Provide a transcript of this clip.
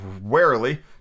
warily